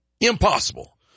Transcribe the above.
Impossible